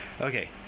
Okay